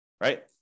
right